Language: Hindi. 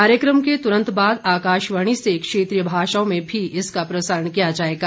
कार्यक्रम के तुरंत बाद आकाशवाणी से क्षेत्रीय भाषाओं में भी इसका प्रसारण किया जाएगा